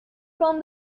from